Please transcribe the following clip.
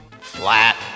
Flat